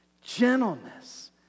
gentleness